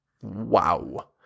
Wow